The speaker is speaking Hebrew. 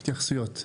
התייחסויות?